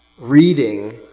reading